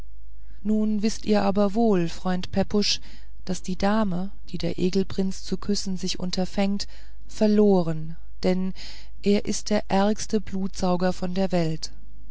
nun wißt ihr aber wohl freund pepusch daß die dame die der egelprinz zu küssen sich unterfängt verloren denn er ist der ärgste blutsauger von der welt